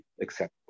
acceptable